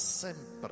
sempre